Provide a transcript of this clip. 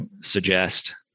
suggest